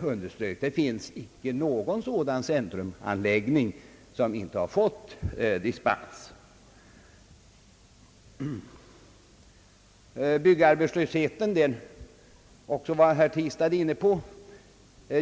underströk, icke någon sådan centrumanläggning som inte fått dispens. Byggarbetslösheten var herr Tistad också inne på.